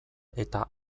eta